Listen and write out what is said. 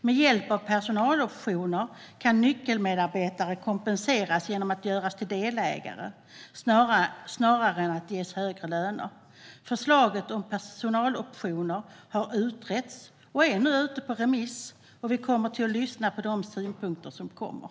Med hjälp av personaloptioner kan nyckelmedarbetare kompenseras genom att göras till delägare snarare än att ges högre löner. Förslaget om personaloptioner har utretts och är nu ute på remiss. Vi kommer att lyssna på de synpunkter som kommer.